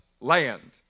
land